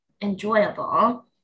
enjoyable